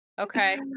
Okay